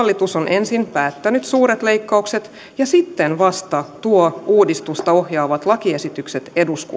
ensin päättänyt suuret leikkaukset ja sitten vasta tuo uudistusta ohjaavat lakiesitykset eduskuntaan